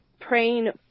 praying